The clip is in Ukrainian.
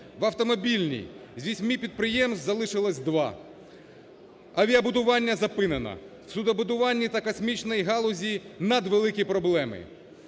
В автомобільній з восьми підприємств залишилося два, авіабудування зупинено, у суднобудуванні та космічній галузі надвеликі проблеми.